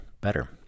better